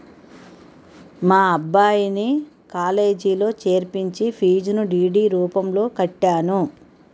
మా అబ్బాయిని కాలేజీలో చేర్పించి ఫీజును డి.డి రూపంలో కట్టాను